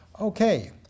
Okay